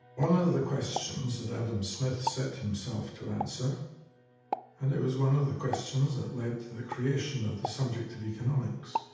one ah of the questions that adam smith set himself to answer and it was one of the questions that led to the creation of the subject of economics.